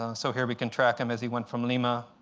um so here we can track him as he went from lima